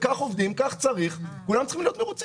אין הבטחה לשום דבר, אין יציבות לעולם.